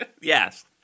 Yes